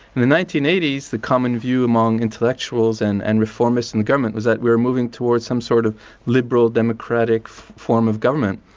the nineteen eighty s the common view among intellectuals and and reformists and government is that we're moving towards some sort of liberal-democratic form of government.